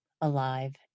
alive